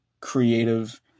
creative